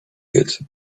good